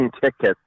tickets